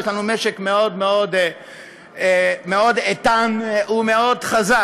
יש לנו משק מאוד מאוד איתן ומאוד חזק.